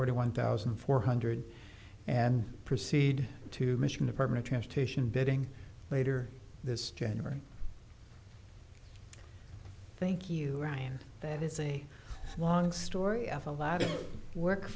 forty one thousand four hundred and proceed to michigan department of transportation bidding later this january thank you and that is a long story of a lot of work